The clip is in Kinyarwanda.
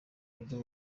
buryo